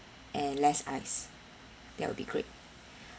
and less ice that will be great